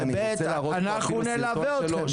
וב' אנחנו נלווה אותכם.